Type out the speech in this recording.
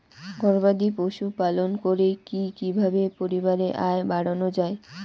গবাদি পশু পালন করে কি কিভাবে পরিবারের আয় বাড়ানো যায়?